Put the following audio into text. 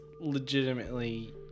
legitimately